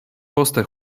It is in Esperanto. poste